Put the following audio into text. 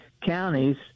counties